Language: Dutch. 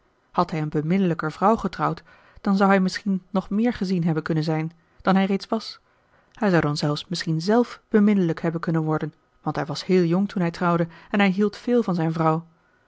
hij een beminnelijkere vrouw getrouwd dan zou hij misschien nog meer gezien hebben kunnen zijn dan hij reeds was hij zou dan zelfs misschien zelf beminnelijk hebben kunnen worden want hij was heel jong toen hij trouwde en hij hield veel van zijn vrouw